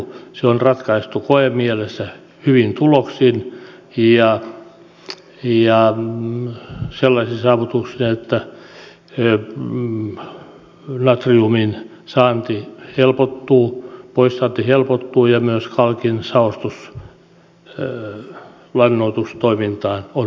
se on ratkaistu koemielessä hyvin tuloksin ja sellaisin saavutuksin että natriumin poissaanti helpottuu ja myös kalkin saostus lannoitustoiminta on mahdollinen